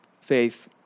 faith